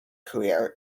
career